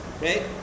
Right